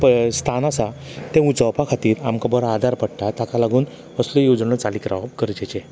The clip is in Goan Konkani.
पळय स्थान आसा तें उचावपा खातीर आमकां बरो आदार पडटा ताका लागून असल्यो येवजण्यो चालीक लावप गरजेचें